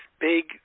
big